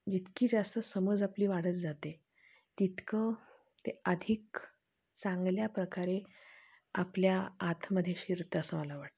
जितकी जास्त समज आपली वाढत जाते तितकं ते आधिक चांगल्या प्रकारे आपल्या आतमध्ये शिरतं असं मला वाटतं